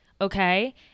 okay